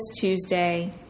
Tuesday